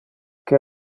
que